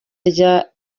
nka